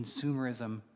consumerism